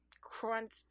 Crunch